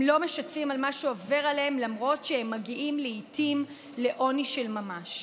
הם לא משתפים במה שעובר עליהם למרות שהם מגיעים לעיתים לעוני של ממש.